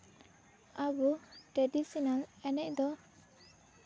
ᱟᱵᱚ ᱴᱨᱮᱰᱤᱥᱚᱱᱟᱞ ᱮᱱᱮᱡ ᱫᱚ